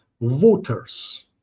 voters